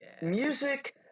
Music